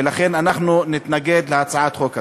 ולכן אנחנו נתנגד להצעת החוק הזאת.